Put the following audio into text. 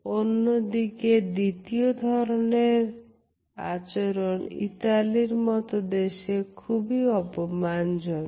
অন্যদিকে দ্বিতীয় ধরনের আচরণ ইতালির মতো দেশে খুবই অপমানজনক